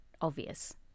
obvious